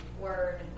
word